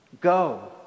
Go